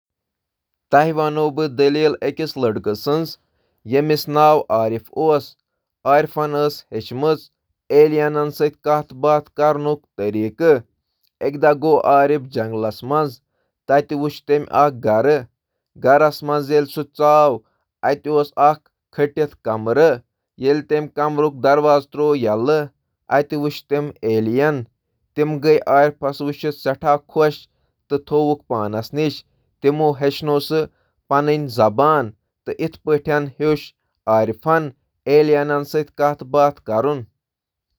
یہِ دٔلیٖل چھےٚ عارف ناوٕکہِ أکِس کِردارٕچ پیروی کران، یُس دٔریافت کِس أکِس غٲر متوقع سفرَس پٮ۪ٹھ شروٗع چھُ کران۔ اَکہِ دۄہ ییٚلہِ أمِس جنٛگل ژھانٛڈان چھُ، أمِس چھُ أکِس پُراسرار مکانس سۭتۍ مُقاب دٲخٕل گژھنہٕ پتہٕ چُھ سُہ انٛدر غٲر ملکی لبنہٕ خٲطرٕ حٲران۔ تِم چھِ أمِس أکِس روشن خیٲلی سفرَس پٮ۪ٹھ نِوان، تہٕ أمِس چھِ پننٮ۪ن زٲژن درمیان رٲبطٕچ پیچیدٕگی ہیٚچھناوان۔ ٲخٕرکار چُھ سُہٕ تمن سٕتۍ روزنُک انتخاب کران، تہٕ علم تہٕ تفہیم کہِ بھرپور تبادلس فروغ دِوان۔